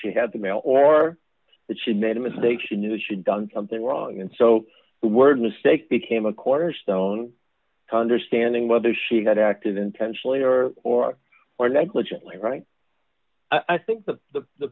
she had the mail or that she made a mistake she knew she'd done something wrong and so the word mistake became a cornerstone to understanding whether she had acted intentionally or or or negligently right i think the the the